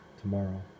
tomorrow